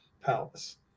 palace